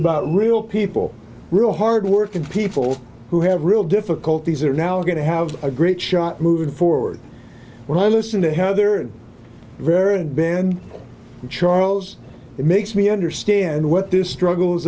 about real people real hard working people who have real difficulties are now going to have a great shot moving forward when i listen to how their very own band charles makes me understand what this struggle